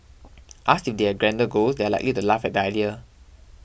asked they had grander goals they are likely to laugh at the idea